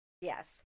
yes